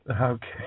Okay